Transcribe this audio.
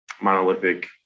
monolithic